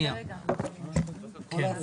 בסעיף 01 נשיא המדינה,